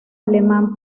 alemán